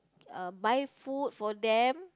uh buy food for them